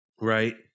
right